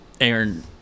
Aaron